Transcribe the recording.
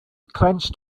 clenched